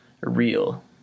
real